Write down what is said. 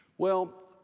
well,